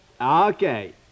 Okay